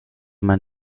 man